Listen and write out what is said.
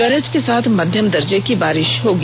गरज के साथ मध्यम दर्जे की बारिश होगी